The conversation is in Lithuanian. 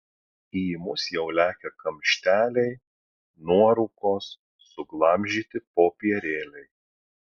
į mus jau lekia kamšteliai nuorūkos suglamžyti popierėliai